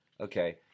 okay